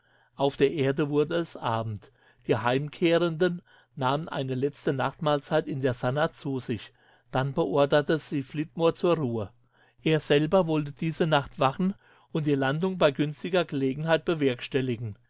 auf der erde wurde es abend die heimkehrenden nahmen eine letzte nachtmahlzeit in der sannah zu sich dann beorderte sie flitmore zur ruhe er selber wollte diese nacht wachen und die landung bei günstiger gelegenheit bewerkstelligen